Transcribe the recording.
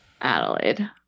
Adelaide